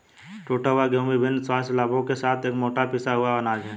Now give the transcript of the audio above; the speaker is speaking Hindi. टूटा हुआ गेहूं विभिन्न स्वास्थ्य लाभों के साथ एक मोटा पिसा हुआ अनाज है